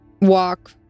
walk